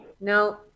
No